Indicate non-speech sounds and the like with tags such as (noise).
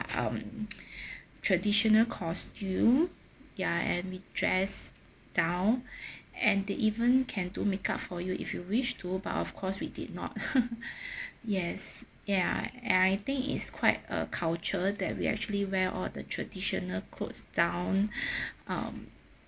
um (noise) (breath) traditional costume ya and we dress down (breath) and they even can do make up for you if you wish to but of course we did not (laughs) (breath) yes ya and I think is quite a culture that we actually wear all the traditional clothes down um